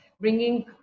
bringing